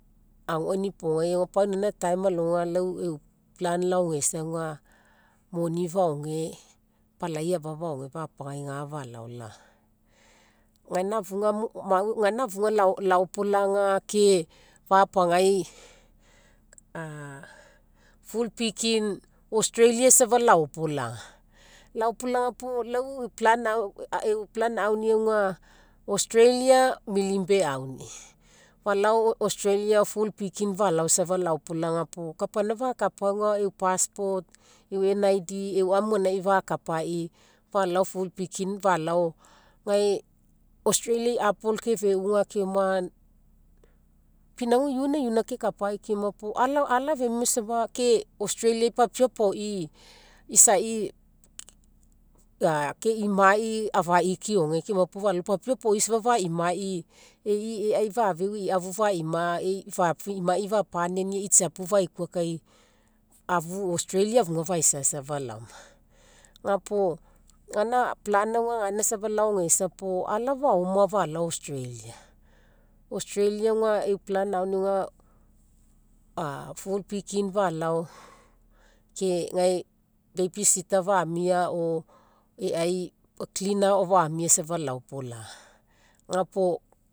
Agoa inipogai pau ina time alogai lau e'u plan laogeisa aga moni faoge palai afa faoge fapagai ga falao laoma. gaina afuga laopolaga ke fapagai fruit picking australia safa laopolaga. Laopolaga puo lau e'u plan auni aga, australia milne bay aunii. Falao australia fruit picking falao safa laopolaga puo kapaina fakapa aga e'u passport e'u nid e'u amu gaina fakapaii falao fruit picking falao gae australiai apple kefeuga keoma. Pinauga iona iona kekapa